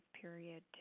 period